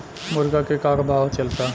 मुर्गा के का भाव चलता?